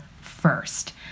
first